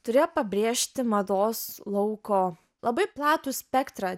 turėjo pabrėžti mados lauko labai platų spektrą